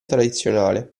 tradizionale